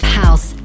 house